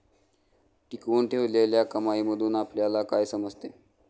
टिकवून ठेवलेल्या कमाईमधून आपल्याला काय समजते?